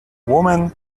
women